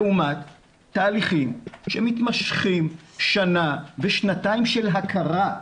לעומת תהליכים שמתמשכים שנה ושנתיים של הכרה,